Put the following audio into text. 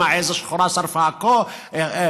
שהעז השחורה הרסה הכול,